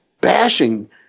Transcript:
bashing